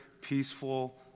peaceful